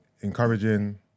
encouraging